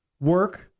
work